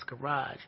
garage